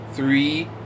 Three